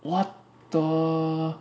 what the